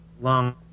long